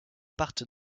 partent